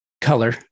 color